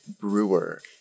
Brewer